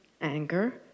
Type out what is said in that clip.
anger